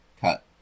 cut